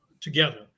together